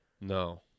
no